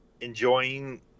enjoying